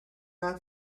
not